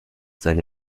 seine